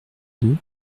deux